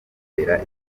kumutera